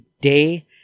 day